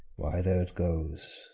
why, there it goes!